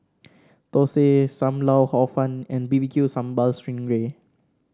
thosai Sam Lau Hor Fun and B B Q Sambal Sting Ray